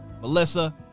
Melissa